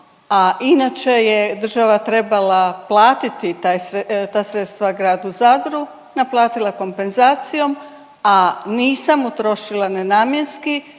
a inače je država trebala platiti ta sredstva gradu Zadru, naplatila kompenzacijom, a nisam utrošila nenamjenski